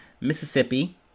Mississippi